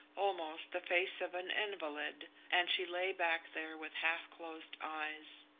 almost the face of an invalid, and she lay back there with half-closed eyes.